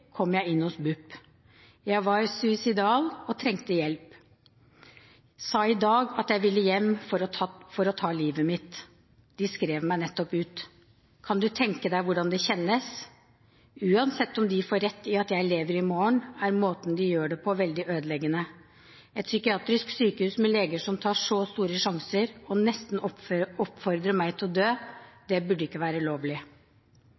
kom jeg inn hos BUP. Jeg var suicidal og trengte hjelp. Sa i dag at jeg ville hjem for å få tatt livet mitt. De skrev meg nettopp ut. Kan du tenke deg hvordan det kjennes? Uansett om de får rett i at jeg lever i morgen, er måten de gjør det på veldig ødeleggende. Et psykiatrisk sykehus med leger som tar så store sjanser og nesten oppfordrer meg til å dø, det burde ikke være lovlig.